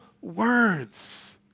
words